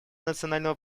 национального